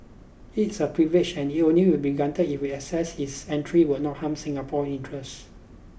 it's a privilege and it will only be granted if we assess his entry will not harm Singapore's interest